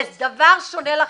זה דבר שונה לחלוטין.